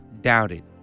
doubted